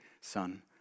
son